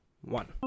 one